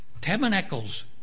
tabernacles